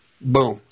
Boom